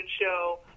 show